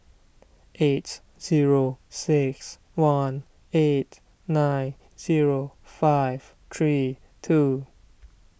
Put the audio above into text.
eight zero six one eight nine zero five three two